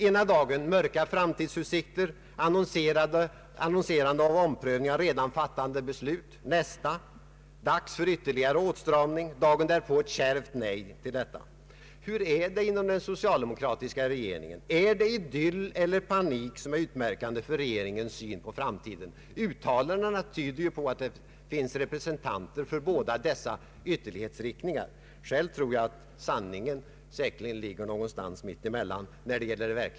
Ena dagen mörka framtidsutsikter, annonserande om omprövning av redan fattade beslut, nästa: dags för ytterligare åtstramning, dagen därpå ett kärvt nej till detta. Hur är det inom den socialdemokratiska regeringen? Är det idyll eller panik som är utmärkande för regeringens syn på framtiden? Uttalandena tyder ju på att det finns representanter inom regeringen för båda dessa ytterlighetsriktningar. Själv tror jag att sanningen ligger någonstans mitt emellan.